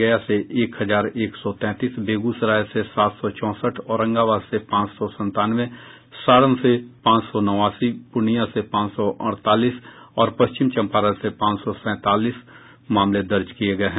गया से एक हजार एक सौ तैंतीस बेगूसराय से सात सौ चौंसठ औरंगाबाद से पांच सौ संतानवे सारण से पांच सौ नवासी पूर्णियां से पांच सौ अड़तालीस और पश्चिम चम्पारण से पांच सौ सैंतालीस मामले दर्ज किये गये हैं